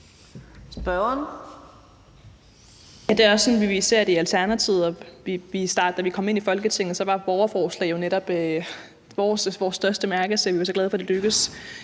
(ALT): Det er også sådan, vi ser det i Alternativet. Da vi kom ind i Folketinget, var borgerforslag jo netop vores største mærkesag, og vi var så glade for, at det lykkedes.